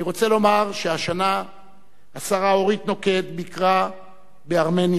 אני רוצה לומר שהשנה השרה אורית נוקד ביקרה בארמניה,